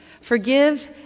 Forgive